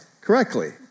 correctly